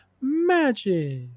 magic